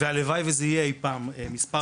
הלוואי וזה יהיה אי פעם מספר כזה.